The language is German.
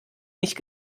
nicht